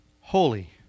Holy